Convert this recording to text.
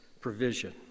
provision